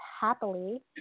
happily